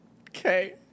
okay